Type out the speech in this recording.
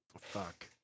Fuck